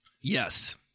Yes